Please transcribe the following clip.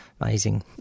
Amazing